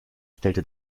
stellte